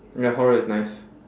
ya horror is nice